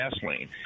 gasoline